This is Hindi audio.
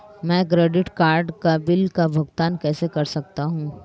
मैं क्रेडिट कार्ड बिल का भुगतान कैसे कर सकता हूं?